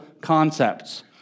concepts